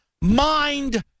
mind